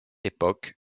époque